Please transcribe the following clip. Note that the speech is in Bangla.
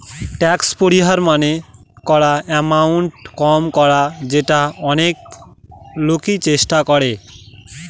ট্যাক্স পরিহার মানে করা এমাউন্ট কম করা যেটা অনেক লোকই চেষ্টা করে